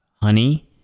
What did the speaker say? Honey